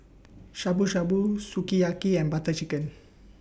Shabu Shabu Sukiyaki and Butter Chicken